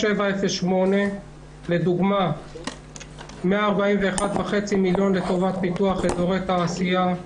3708. לדוגמה 141.5 מיליון שקל לטובת פיתוח אזורי תעשייה,